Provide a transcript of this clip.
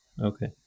Okay